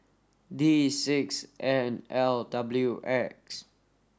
D six N L W X